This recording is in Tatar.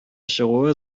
чыгуы